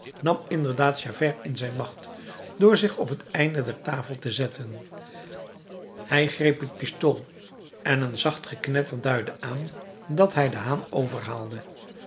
nam inderdaad javert in zijn macht door zich op het einde der tafel te zetten hij greep het pistool en een zacht geknetter duidde aan dat hij den haan